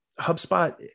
HubSpot